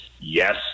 Yes